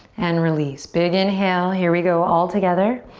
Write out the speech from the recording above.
and release. big inhale, here we go all together.